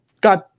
God